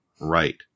right